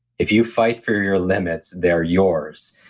if you fight for your limits, they're yours.